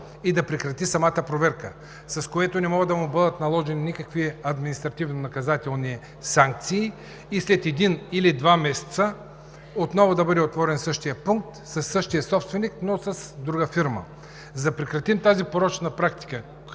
и да прекрати самата проверка, след което не могат да му бъдат наложени никакви административнонаказателни санкции, а след един или два месеца същият пункт отново да бъде отворен, със същия собственик, но с друга фирма. За да прекратим тази порочна практика,